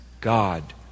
God